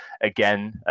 Again